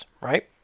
right